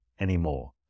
anymore